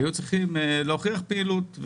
היו צריכים להוכיח פעילות.